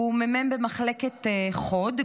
הוא מ"מ במחלקת חוד,